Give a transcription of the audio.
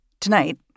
Tonight